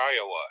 Iowa